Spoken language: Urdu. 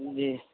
جی